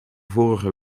vorige